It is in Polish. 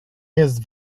jest